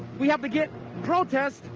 we have to get protests,